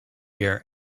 gear